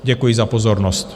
Děkuji za pozornost.